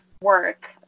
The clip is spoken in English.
work